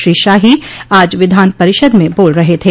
श्री शाही आज विधान परिषद में बोल रहे थे